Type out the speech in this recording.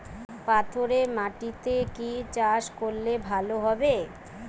পাথরে মাটিতে কি চাষ করলে ভালো হবে?